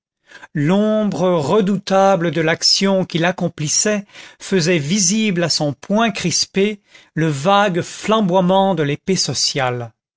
l'ombre redoutable de l'action qu'il accomplissait faisait visible à son poing crispé le vague flamboiement de l'épée sociale